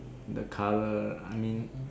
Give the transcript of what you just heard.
the color I mean